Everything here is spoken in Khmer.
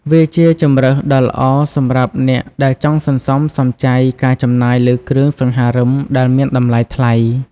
វាជាជម្រើសដ៏ល្អសម្រាប់អ្នកដែលចង់សន្សំសំចៃការចំណាយលើគ្រឿងសង្ហារិមដែលមានតម្លៃថ្លៃ។